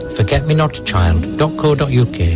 forgetmenotchild.co.uk